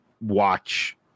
watch